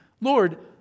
Lord